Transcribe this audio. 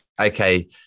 okay